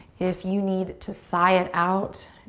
if you need to sigh it out,